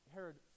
Herod